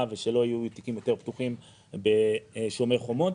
ושלא יהיו יותר תיקים פתוחים בשומר חומות.